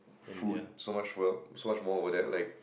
food so much more so much more over there like